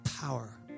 power